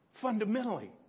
Fundamentally